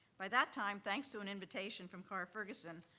by that time, thanks to an invitation from carr ferguson,